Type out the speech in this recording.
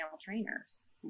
trainers